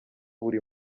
buri